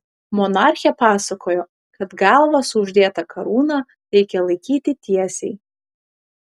monarchė pasakojo kad galvą su uždėta karūna reikia laikyti tiesiai